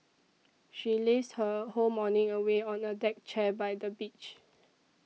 she lazed her whole morning away on a deck chair by the beach